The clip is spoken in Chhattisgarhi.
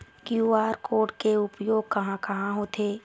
क्यू.आर कोड के उपयोग कहां कहां होथे?